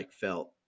felt